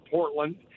Portland